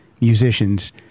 musicians